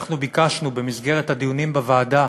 כשאנחנו ביקשנו במסגרת הדיונים בוועדה